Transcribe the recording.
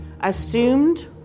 assumed